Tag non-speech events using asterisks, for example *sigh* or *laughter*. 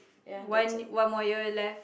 ya that's it *breath*